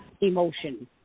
emotion